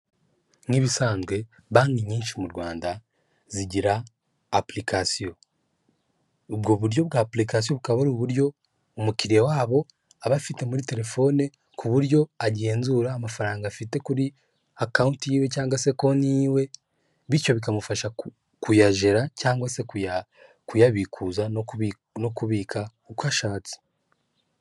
Nk'ibisanzwe banki nyinshi mu Rwanda zigira apurikasiyo, ubwo buryo bw'apurikasiyo bukaba ari uburyo umukiriya wabo aba afite muri terefone ku buryo agenzura amafaranga afite kuri account yiwe cyangwa se konti yiwe, bityo bikamufasha kuyajera cyangwa se kuyabikuza no kubika uko ashatse.